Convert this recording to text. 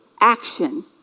action